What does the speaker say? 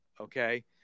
Okay